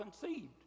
conceived